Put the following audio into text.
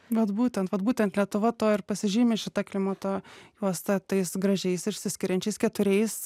vat būtent vat būtent lietuva tuo ir pasižymi šita klimato juosta tais gražiais išsiskiriančiais keturiais